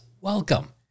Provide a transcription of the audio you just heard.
welcome